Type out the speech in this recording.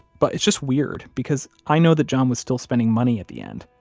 but it's just weird, because i know that john was still spending money at the end.